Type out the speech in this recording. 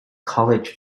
college